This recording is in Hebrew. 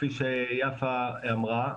כפי שיפה אמרה,